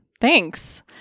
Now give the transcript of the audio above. Thanks